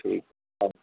ठीक अहि